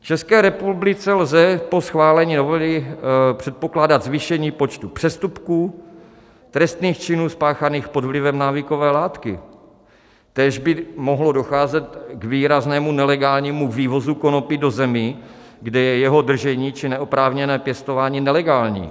V České republice lze po schválení novely předpokládat zvýšení počtu přestupků, trestných činů spáchaných pod vlivem návykové látky, též by mohlo docházet k výraznému nelegálnímu vývozu konopí do zemí, kde je jeho držení či neoprávněné pěstování nelegální.